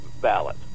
ballot